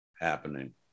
happening